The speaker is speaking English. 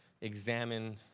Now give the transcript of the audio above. examine